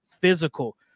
physical